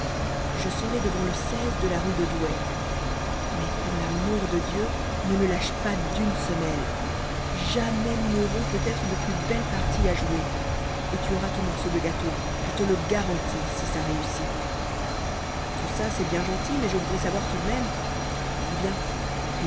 je serai devant le de la rue de douai mais pour l'amour de dieu ne le lâche pas d'une semelle jamais nous n'aurons peut-être de plus belle partie à jouer et tu auras ton morceau de gâteau je te le garantis si ça réussit tout ça c'est bien gentil mais je voudrais savoir tout de même eh bien